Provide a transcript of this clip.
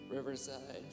Riverside